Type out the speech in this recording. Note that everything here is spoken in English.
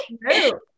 No